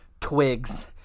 twigs